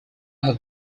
have